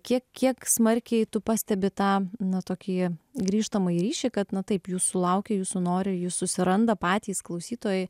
kiek kiek smarkiai tu pastebi tą na tokį grįžtamąjį ryšį kad na taip jūsų laukia jūsų nori jus susiranda patys klausytojai